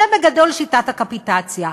זו בגדול שיטת הקפיטציה.